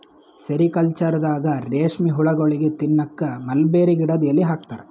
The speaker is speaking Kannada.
ಸೆರಿಕಲ್ಚರ್ದಾಗ ರೇಶ್ಮಿ ಹುಳಗೋಳಿಗ್ ತಿನ್ನಕ್ಕ್ ಮಲ್ಬೆರಿ ಗಿಡದ್ ಎಲಿ ಹಾಕ್ತಾರ